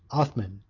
othman,